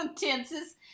tenses